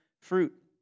fruit